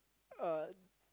uh